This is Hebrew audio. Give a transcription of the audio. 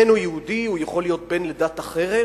הוא יכול להיות בן לדת אחרת,